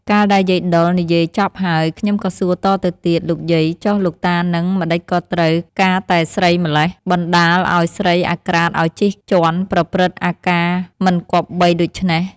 កាលដែលយាយដុលនិយាយចប់ហើយ ខ្ញុំក៏សួរតទៅទៀត "លោកយាយ! ចុះលោកតាហ្នឹងម្តេចក៏ត្រូវ ការតែស្រីម៉្លេះ! បណ្តោយឲ្យស្រីអាក្រាតឲ្យជិះជាន់ប្រព្រឹត្តអាការមិនគប្បីដូច្នេះ?។